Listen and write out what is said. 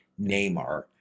Neymar